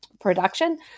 production